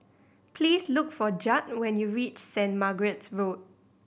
please look for Judd when you reach Saint Margaret's Road